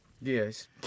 yes